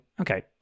Okay